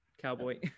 cowboy